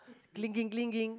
clinging clinging